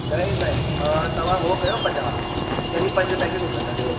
ॾह ईंदा आहिनि तव्हां हो कयो पंजाहु यानि पंज पैकेट हुन जा थियो